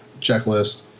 checklist